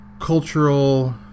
cultural